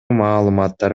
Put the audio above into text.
маалыматтар